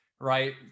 right